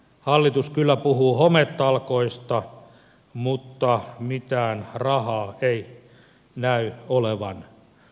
hallitus kyllä puhuu hometalkoista mutta mitään rahaa ei näy olevan näköpiirissä